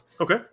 Okay